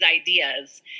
ideas